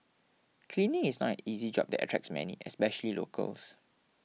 cleaning is not an easy job that attracts many especially locals